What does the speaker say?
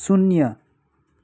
शून्य